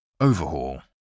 overhaul